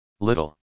Little